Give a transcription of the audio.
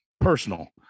personal